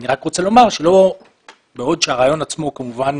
אני רוצה לומר שבעוד שהרעיון עצמו הוא כמובן